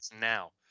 now